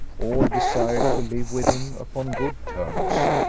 all desire to live with him upon good terms,